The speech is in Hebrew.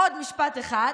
עוד משפט אחד.